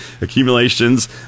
accumulations